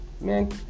Man